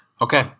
okay